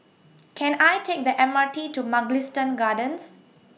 Can I Take The M R T to Mugliston Gardens